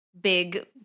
big